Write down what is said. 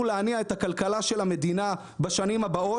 להניע את הכלכלה של המדינה בשנים הבאות.